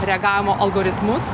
reagavimo algoritmus